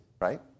right